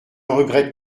regrette